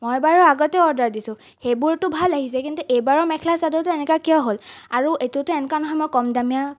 মই বাৰু আগতেও অৰ্ডাৰ দিছোঁ সেইবোৰতো ভাল আহিছে কিন্তু এইবাৰৰ মেখেলা চাদৰযোৰ এনেকুৱা কিয় হ'ল আৰু এইটোতো এনেকুৱা নহয় মই কম দামী